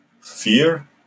fear